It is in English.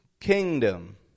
Kingdom